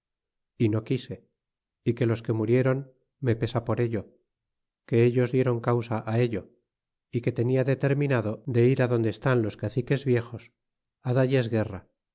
y no quise y que los que murieron me pesa por ello que ellos dieron causa ello y que tenia determinado de ir adonde están los caciques viejos dalles guerra